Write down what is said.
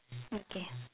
okay